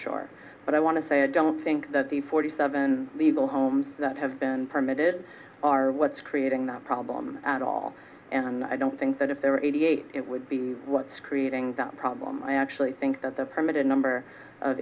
shore but i want to say i don't think that the forty seven legal homes that have been permitted are what's creating the problem at all and i don't think that if there were eighty eight it would be what's creating that problem i actually think that the permitted number of